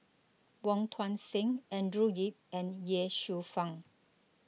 Wong Tuang Seng Andrew Yip and Ye Shufang